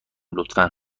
لطفا